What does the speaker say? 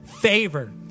favor